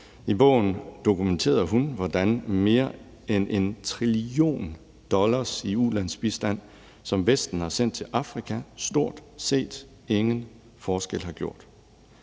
I bogen dokumenterede hun, hvordan mere end en trillion dollar i ulandsbistand, som Vesten har sendt til Afrika, stort set ingen forskel har gjort.